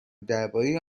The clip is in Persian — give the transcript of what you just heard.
درباره